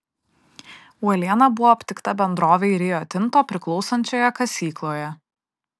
uoliena buvo aptikta bendrovei rio tinto priklausančioje kasykloje